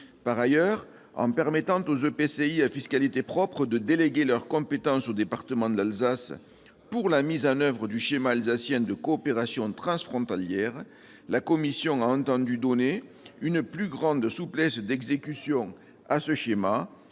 Par ailleurs, en permettant aux EPCI à fiscalité propre de déléguer leurs compétences au département d'Alsace pour la mise en oeuvre du schéma alsacien de coopération transfrontalière, la commission a entendu donner audit schéma une plus grande souplesse d'exécution, par